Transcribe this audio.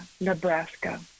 Nebraska